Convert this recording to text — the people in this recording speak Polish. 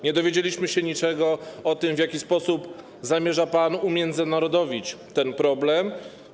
Nie dowiedzieliśmy się niczego o tym, w jaki sposób zamierza pan umiędzynarodowić ten problem.